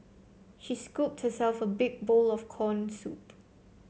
she scooped herself a big bowl of corn soup